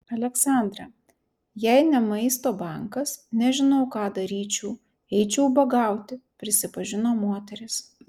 aleksandra jei ne maisto bankas nežinau ką daryčiau eičiau ubagauti pripažino moteris